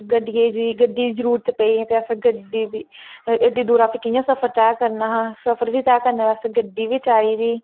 गड्डियै दी गड्डी दी जरूरत पेई ते असें गड्डी दी एड्डी दूरा असें कियां सफर तैह् करना हा सफर बी तैह् करने बास्तै गड्डी बी चाहिदी